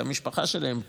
כי המשפחה שלהם פה.